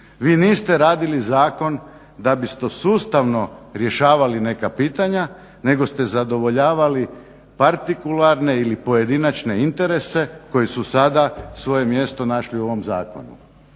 Vi niste radili zakon da biste sustavno rješavali neka pitanja nego zadovoljavali partikularne ili pojedinačne interese koji su sada svoje mjesto našli u ovom zakonu.